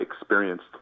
experienced